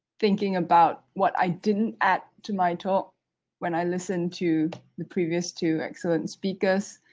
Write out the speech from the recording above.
thinking about what i didn't add to my talk when i listened to the previous two excellent speakers.